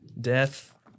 Death